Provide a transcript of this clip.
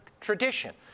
tradition